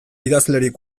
idazlerik